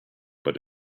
but